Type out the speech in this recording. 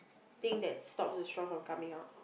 thing that stops the straw from coming out